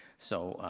so,